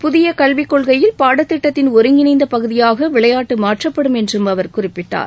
புதிய கல்விக் கொள்கையில் பாடத்திட்டத்தின் ஒருங்கிணைந்த பகுதியாக விளையாட்டு மாற்றப்படும் என்றும் அவர் குறிப்பிட்டார்